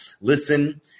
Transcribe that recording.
listen